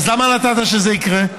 אז למה נתת שזה יקרה?